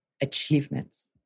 achievements